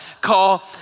call